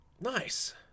nice